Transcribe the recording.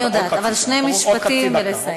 אני יודעת, אבל שני משפטים ולסיים.